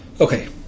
Okay